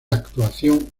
actuación